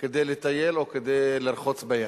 כדי לטייל או כדי לרחוץ בים.